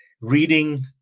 Reading